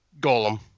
Golem